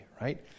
right